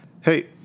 Hey